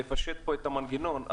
לפשט פה את המנגנון.